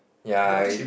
ya I